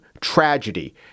tragedy